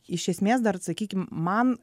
iš esmės dar sakykim man